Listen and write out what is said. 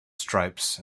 stripes